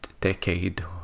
decade